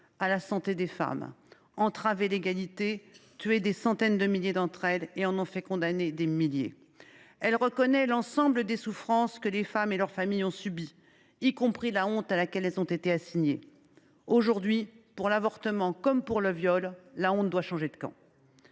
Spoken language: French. à la santé des femmes, entravé l’égalité, tué des centaines de milliers d’entre elles et en ont fait condamner des milliers. Elle reconnaît l’ensemble des souffrances que les femmes et leurs familles ont subies, y compris la honte à laquelle elles ont été assignées. Aujourd’hui, pour l’avortement comme pour le viol, la honte doit changer de camp.